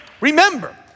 remember